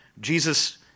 Jesus